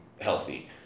healthy